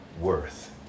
worth